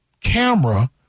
camera